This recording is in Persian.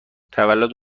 تولد